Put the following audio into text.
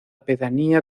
pedanía